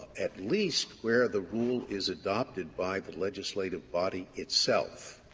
at least where the rule is adopted by the legislative body itself,